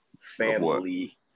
family